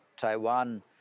Taiwan